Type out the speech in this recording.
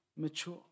mature